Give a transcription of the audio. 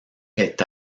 est